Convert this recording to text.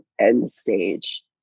end-stage